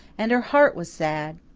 and her heart was sad.